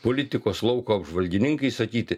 politikos lauko apžvalgininkai sakyti